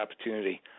opportunity